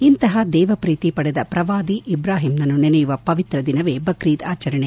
ಇಂತಹ ದೇವಪ್ರೀತಿ ಪಡೆದ ಪ್ರವಾದಿ ಇಬ್ರಾಹಿಂನನ್ನು ನೆನೆಯುವ ಪವಿತ್ರ ದಿನವೇ ಬಕ್ರೀದ್ ಆಚರಣೆ